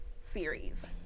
series